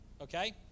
Okay